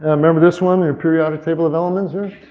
remember this one the periodic table of elements here.